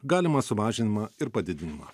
galimą sumažinimą ar padidinimą